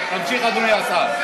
תמשיך, אדוני השר.